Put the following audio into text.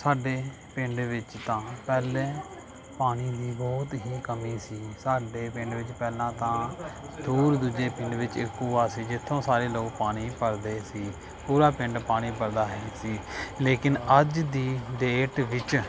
ਸਾਡੇ ਪਿੰਡ ਵਿੱਚ ਤਾਂ ਪਹਿਲਾਂ ਪਾਣੀ ਦੀ ਬਹੁਤ ਹੀ ਕਮੀ ਸੀ ਸਾਡੇ ਪਿੰਡ ਵਿੱਚ ਪਹਿਲਾਂ ਤਾਂ ਦੂਰ ਦੂਜੇ ਪਿੰਡ ਵਿੱਚ ਇੱਕ ਕੂਆ ਸੀ ਜਿੱਥੋਂ ਸਾਰੇ ਲੋਕ ਪਾਣੀ ਭਰਦੇ ਸੀ ਪੂਰਾ ਪਿੰਡ ਪਾਣੀ ਭਰਦਾ ਹੈ ਸੀ ਲੇਕਿਨ ਅੱਜ ਦੀ ਡੇਟ ਵਿੱਚ